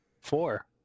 Four